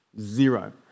Zero